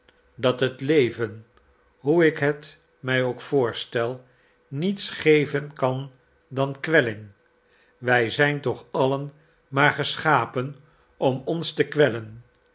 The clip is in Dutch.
dat het leven hoe ik het mij ook voorstel niets geven kan dan kwelling wij zijn toch allen maar geschapen om ons te kwellen